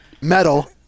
Metal